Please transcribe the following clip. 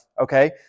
okay